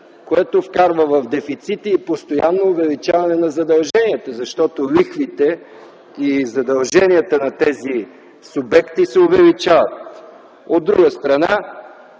което вкарва в дефицити и постоянно увеличаване на задълженията, защото лихвите и задълженията на тези субекти се увеличават. От друга страна